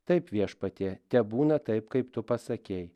taip viešpatie tebūna taip kaip tu pasakei